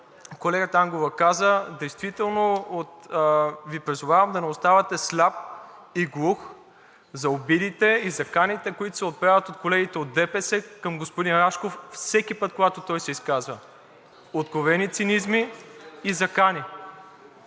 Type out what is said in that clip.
колегата Ангова каза – действително Ви призовавам да не оставате сляп и глух за обидите и заканите, които се отправят от колегите от ДПС към господин Рашков всеки път, когато той се изказва – откровени цинизми и закани.